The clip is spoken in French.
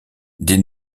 des